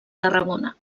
tarragona